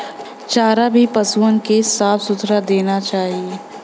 चारा भी पसुअन के साफ सुथरा देना चाही